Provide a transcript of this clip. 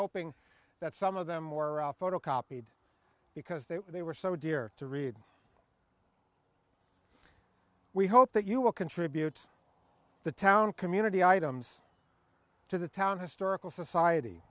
hoping that some of them were photocopied because they were so dear to read we hope that you will contribute the town community items to the town historical society